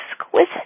exquisite